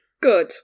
Good